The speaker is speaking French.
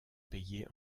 payés